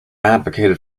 advocated